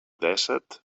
dèsset